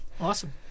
Awesome